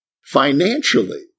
financially